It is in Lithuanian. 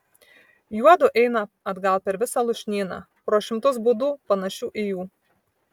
juodu eina atgal per visą lūšnyną pro šimtus būdų panašių į jų